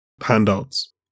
handouts